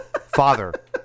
Father